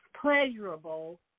pleasurable